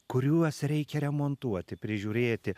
kuriuos reikia remontuoti prižiūrėti